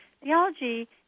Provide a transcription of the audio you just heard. Theology